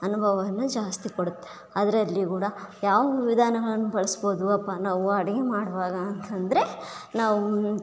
ಅನುಭವವನ್ನು ಜಾಸ್ತಿ ಕೊಡುತ್ತೆ ಅದರಲ್ಲಿ ಕೂಡ ಯಾವ ವಿಧಾನಗಳನ್ನು ಬಳಸಬೋದು ಅಪ ನಾವು ಅಡುಗೆ ಮಾಡುವಾಗ ಅಂತ ಅಂದರೆ ನಾವು